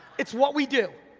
it's what we do!